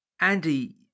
Andy